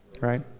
right